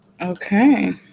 Okay